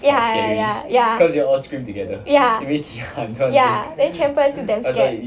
ya ya ya ya ya ya then 全部人就 damn scared